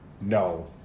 No